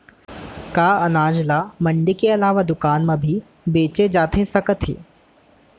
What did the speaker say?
का अनाज ल मंडी के अलावा दुकान म भी बेचे जाथे सकत हे?